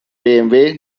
bmw